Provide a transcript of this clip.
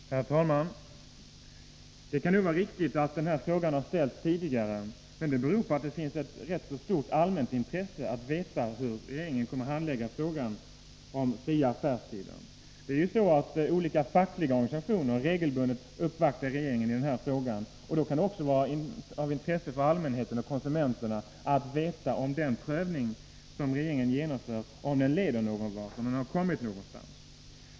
Herr talman! Det kan nog vara riktigt att den här frågan har ställts tidigare, men det beror på att det finns ett ganska stort allmänt intresse att få veta hur regeringen kommer att handlägga frågan om fria affärstider. Olika fackliga organisationer uppvaktar regeringen regelbundet i denna fråga. Då kan det också vara av intresse för allmänheten och konsumenterna att få veta om den prövning som regeringen genomför leder någon vart och om den har kommit någonstans.